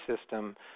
system